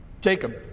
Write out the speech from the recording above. Jacob